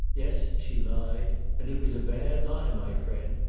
yes, she lied, and it was a bad lie, my friend.